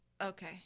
okay